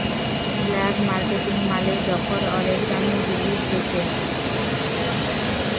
black marketing মালে যখল ওলেক দামে জিলিস বেঁচে